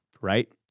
right